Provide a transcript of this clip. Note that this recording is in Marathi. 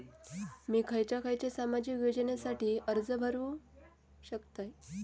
मी खयच्या खयच्या सामाजिक योजनेसाठी अर्ज करू शकतय?